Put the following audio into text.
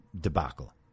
debacle